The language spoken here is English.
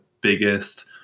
biggest